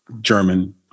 German